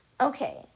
Okay